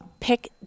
pick